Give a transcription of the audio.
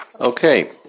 Okay